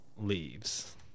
Leaves